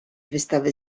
wystawy